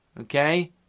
okay